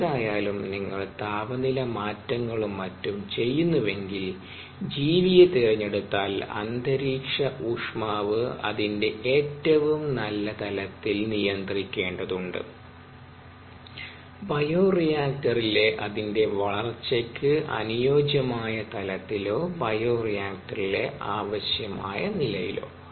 ഏതായാലും നിങ്ങൾ താപനില മാറ്റങ്ങളും മറ്റും ചെയ്യുന്നുവെങ്കിൽ ജീവിയെ തിരഞ്ഞെടുത്താൽ അന്തരീക്ഷ ഊഷ്മാവ് അതിന്റെ എറ്റവും നല്ല തലത്തിൽ നിയന്ത്രിക്കേണ്ടതുണ്ട് ബയോറിയാക്റ്ററിലെ അതിന്റെ വളർച്ചയ്ക്ക് അനുയോജ്യമായ തലത്തിലോ ബയോറിയാക്റ്ററിൽ ആവശ്യമായ നിലയിലോ